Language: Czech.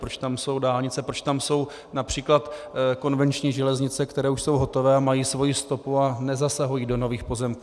Proč tam jsou dálnice, proč tam jsou např. konvenční železnice, které už jsou hotové a mají svoji stopu a nezasahují do nových pozemků.